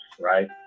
right